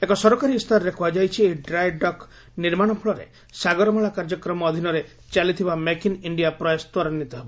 ଏକ ସରକାରୀ ଇସ୍ତାହାରରେ କୁହାଯାଇଛି ଏହି ଡ୍ରାଏ ଡକ୍ ନିର୍ମାଣ ଫଳରେ ସାଗରମାଳା କାର୍ଯ୍ୟକ୍ରମ ଅଧୀନରେ ଚାଲିଥିବା ମେକ୍ ଇନ୍ ଇଣ୍ଡିଆ ପ୍ରୟାସ ତ୍ୱରାନ୍ୱିତ ହେବ